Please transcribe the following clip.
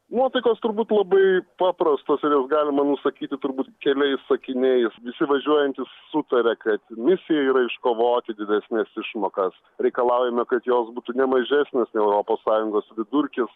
nuotaikos turbūt labai paprastos ir jas galima nusakyti turbūt keliais sakiniais visi važiuojantys sutaria kad misija yra iškovoti didesnes išmokas reikalaujame kad jos būtų ne mažesnės nei europos sąjungos vidurkis